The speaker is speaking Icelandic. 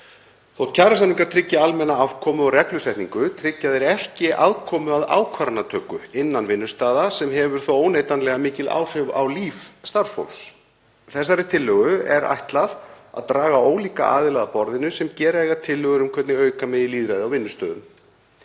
Þótt kjarasamningar tryggi almenna aðkomu að reglusetningu tryggja þeir ekki aðkomu að ákvarðanatöku innan vinnustaða, sem hafa þó óneitanlega mikil áhrif á líf starfsfólks. Þessari tillögu er ætlað að draga ólíka aðila að borðinu sem gera eiga tillögur um hvernig auka megi lýðræði á vinnustöðum.